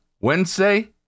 wednesday